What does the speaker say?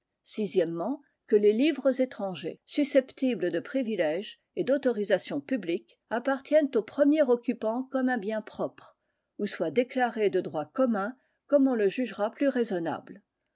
que les livres étrangers susceptibles de privilèges et d'autorisation publique appartiennent au premier occupant comme un bien propre ou soient déclarés de droit commun comme on le jugera plus raisonnable